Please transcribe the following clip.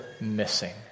missing